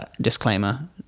Disclaimer